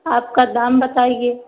आपका दाम बताईए